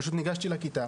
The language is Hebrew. פשוט ניגשתי לכיתה,